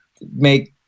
make